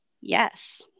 yes